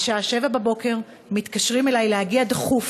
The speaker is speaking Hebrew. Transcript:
בשעה 7:00 בבוקר מתקשרים אלי להגיע דחוף,